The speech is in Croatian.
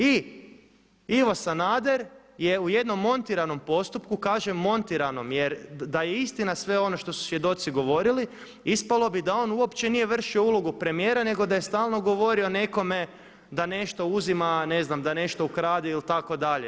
I Ivo Sanader je u jednom montiranom postupku, kažem montiranom jer da je istina sve ono što su svjedoci govorili ispalo bi da on uopće nije vršio ulogu premijera nego da je stalno govorio o nekome da nešto uzima, ne znam, da nešto ukrade ili tako dalje.